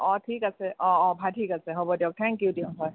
অ ঠিক আছে অ অ ভা ঠিক আছে হ'ব দিয়ক থেংকিউ দিয়ক হয়